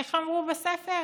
איך אמרו בספר,